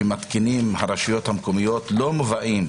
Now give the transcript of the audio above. שמתקינות הרשויות המקומיות, לא מובאים